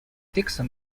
dickson